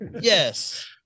Yes